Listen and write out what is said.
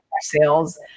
sales